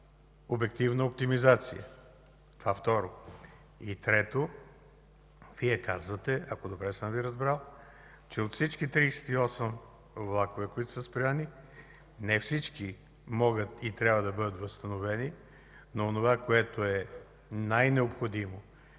обективна оптимизация. Това, второ. Трето, Вие казвате, ако добре съм Ви разбрал, че от всички 38 влака, които са спрени, не всички могат и трябва да бъдат възстановени, но онова, което е най-необходимо,